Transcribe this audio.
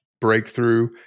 Breakthrough